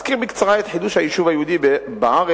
אזכיר בקצרה את חידוש היישוב היהודי בארץ